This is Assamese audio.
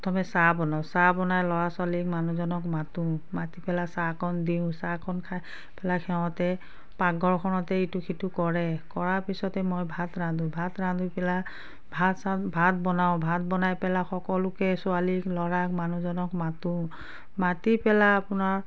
প্ৰথমে চাহ বনাওঁ চাহ বনাই ল'ৰা ছোৱালীক মানুহজনক মাতোঁ মাতি পেলাই চাহকণ দিওঁ চাহকণ খাই পেলাই সিহঁতে পাকঘৰখনতেই ইটো সিটো কৰে কৰাৰ পিছতেই মই ভাত ৰান্ধোঁ ভাত ৰান্ধি পেলাই ভাত চাত ভাত বনাওঁ ভাত বনাই পেলাই সকলোকে ছোৱালীক ল'ৰাক মানুহজনক মাতোঁ মাতি পেলাই আপোনাৰ